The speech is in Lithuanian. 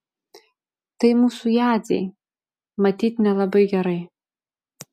tai mūsų jadzei matyt nelabai gerai